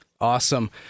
Awesome